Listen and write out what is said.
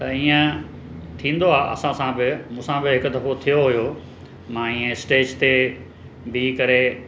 त ईअं थींदो आहे असां सां बि मूंसां बि हिकु दफ़ो थियो हुओ मां ईअं स्टेज ते बीह करे